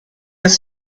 ist